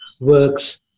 works